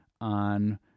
on